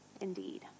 indeed